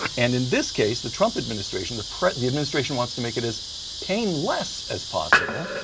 and in this case, the trump administration, the the administration wants to make it as painless as possible.